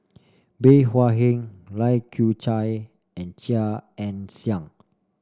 Bey Hua Heng Lai Kew Chai and Chia Ann Siang